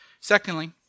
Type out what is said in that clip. Secondly